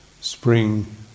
spring